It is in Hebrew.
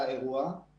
באירוע